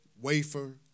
wafer